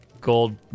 gold